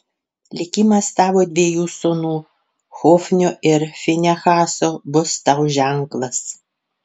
likimas tavo dviejų sūnų hofnio ir finehaso bus tau ženklas